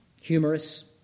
humorous